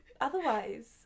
Otherwise